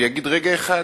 ויגיד: רגע אחד,